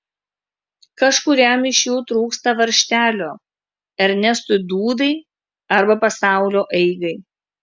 kažkuriam iš jų trūksta varžtelio ernestui dūdai arba pasaulio eigai